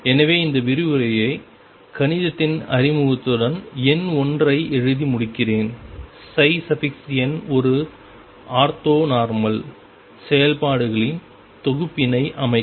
எனவே இந்த விரிவுரையைக் கணிதத்தின் அறிமுகத்துடன் எண் 1 ஐ எழுதி முடிக்கிறேன் n ஒரு ஆர்த்தோனார்மல் செயல்பாடுகளின் தொகுப்பினை அமைக்கும்